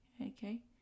okay